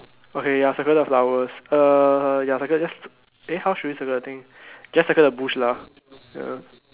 okay ya circle the flowers uh ya circle just eh how should we circle the thing just circle the bush lah